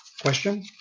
question